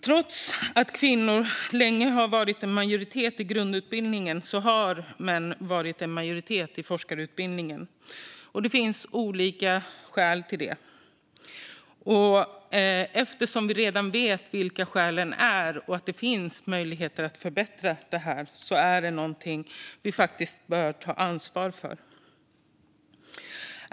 Trots att kvinnor länge har varit i majoritet på grundutbildningen har män varit i majoritet på forskarutbildningen. Det finns olika skäl till det. Eftersom vi redan vet vilka skälen är och vi vet att det finns möjligheter att förbättra är detta någonting som vi faktiskt bör ta ansvar för.